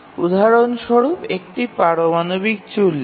উদাহরণ স্বরূপ একটি পারমাণবিক চুল্লি